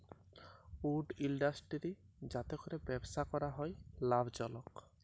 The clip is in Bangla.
উড ইলডাসটিরি যাতে ক্যরে ব্যবসা ক্যরা হ্যয় লাভজলক